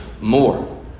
more